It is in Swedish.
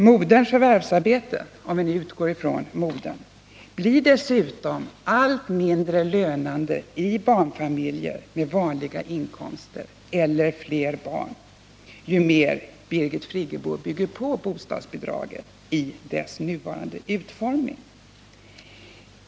Moderns förvärvsarbete — om vi nu utgår ifrån modern — blir dessutom allt mindre lönande i barnfamiljer med vanliga inkomster eller fler barn ju mer Birgit Friggebo bygger på bostadsbidragen i deras nuvarande utformning.